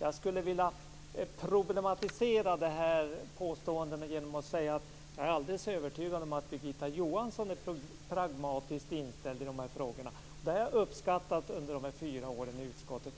Jag skulle vilja problematisera de här påståendena genom att säga att jag är alldeles övertygad om att Birgitta Johansson är pragmatiskt inställd i de här frågorna. Det har jag uppskattat mycket under de här fyra åren i utskottet.